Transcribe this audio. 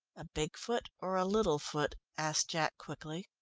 a big foot or a little foot? asked jack quickly.